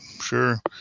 sure